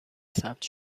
ثبت